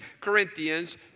Corinthians